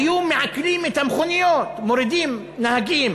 היו מעקלים את המכוניות, מורידים נהגים